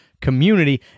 community